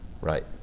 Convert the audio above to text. Right